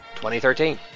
2013